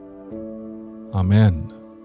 Amen